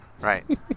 Right